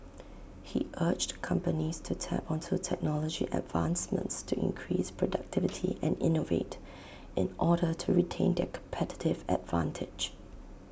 he urged companies to tap onto technology advancements to increase productivity and innovate in order to retain their competitive advantage